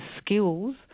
skills